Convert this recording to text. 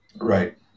Right